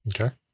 okay